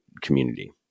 community